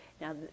Now